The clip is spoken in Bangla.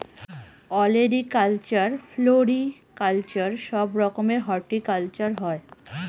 ওলেরিকালচার, ফ্লোরিকালচার সব রকমের হর্টিকালচার হয়